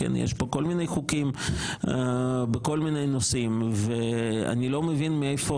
יש פה כל מיני חוקים בכל מיני נושאים ואני לא מבין מאיפה